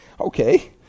Okay